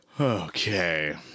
Okay